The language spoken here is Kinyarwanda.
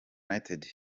united